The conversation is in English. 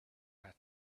had